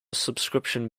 subscription